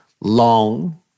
long